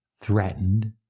threatened